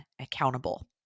accountable